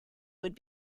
would